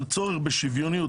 הצורך בשוויוניות,